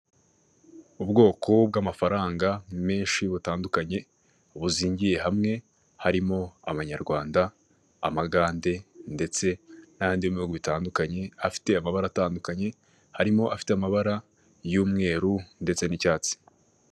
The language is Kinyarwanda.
ubwoko bw'amafaranga menshi butandukanye buziingiye hamwe harimo abanyarwanda, amagande ndetse n'andi bihugu bitandukanye afite amabara atandukanye harimo afite amabara y'umweru ndetse n'icyatsi.